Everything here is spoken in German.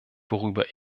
worüber